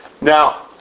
Now